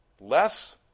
less